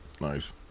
Nice